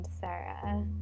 Sarah